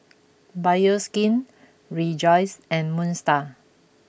Bioskin Rejoice and Moon Star